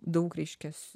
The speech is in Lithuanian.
daug reiškia